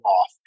off